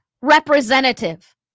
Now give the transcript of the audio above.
representative